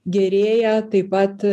gerėja taip pat